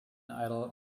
idol